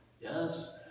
Yes